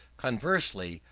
conversely,